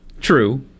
True